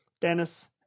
Dennis